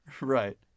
Right